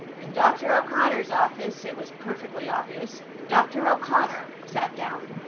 in dr. o'connor's office, it was perfectly obvious, dr. o'connor sat down.